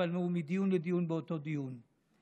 אבל מדיון לדיון באותו דיון.